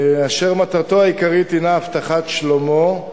ומטרתו העיקרית הינה הבטחת שלומו,